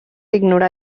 ignorar